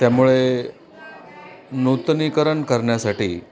त्यामुळे नूतनीकरण करण्यासाठी